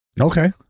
Okay